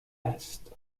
است